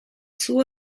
suo